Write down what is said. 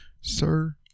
Sir